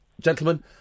gentlemen